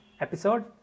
episode